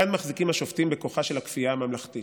כאן מחזיקים השופטים בכוחה של הכפייה הממלכתית.